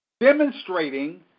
demonstrating